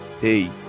hey